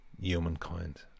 Humankind